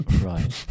right